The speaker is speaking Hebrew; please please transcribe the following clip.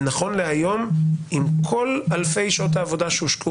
ונכון להיום עם כל אלפי שעות העבודה שהושקעו